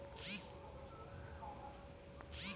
syndicate যে গুলা সব লোন পাওয়া যায়টে